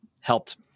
helped